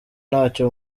ntacyo